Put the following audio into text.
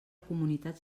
comunitat